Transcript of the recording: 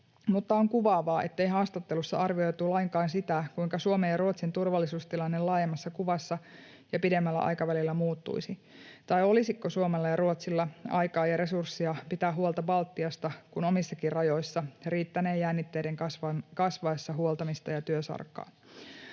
mutta on kuvaavaa, ettei haastattelussa arvioitu lainkaan sitä, kuinka Suomen ja Ruotsin turvallisuustilanne laajemmassa kuvassa ja pidemmällä aikavälillä muuttuisi tai olisiko Suomella ja Ruotsilla aikaa ja resursseja pitää huolta Baltiasta, kun omissakin rajoissa riittänee jännitteiden kasvaessa huoltamista ja työsarkaa.